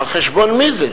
על חשבון מי זה?